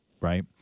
Right